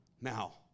Now